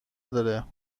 داره